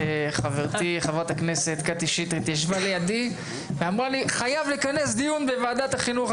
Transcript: חברתי חברת הכנסת קטי שטרית אמרה לי שחייבים לכנס דיון בוועדת החינוך,